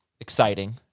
exciting